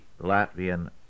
Latvian